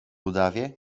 rudawie